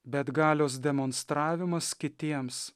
bet galios demonstravimas kitiems